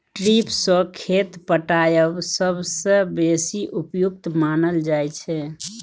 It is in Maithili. ड्रिप सँ खेत पटाएब सबसँ बेसी उपयुक्त मानल जाइ छै